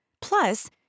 Plus